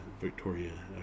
Victoria